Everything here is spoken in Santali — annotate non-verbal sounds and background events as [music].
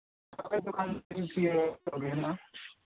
ᱦᱳᱭ ᱫᱚᱠᱟᱱ [unintelligible] ᱤᱭᱟᱹ ᱠᱷᱩᱞᱟᱹᱣ ᱜᱮ ᱦᱮᱱᱟᱜᱼᱟ